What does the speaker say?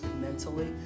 mentally